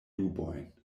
dubojn